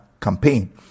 campaign